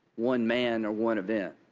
one man or one event.